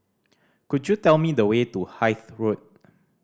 could you tell me the way to Hythe Road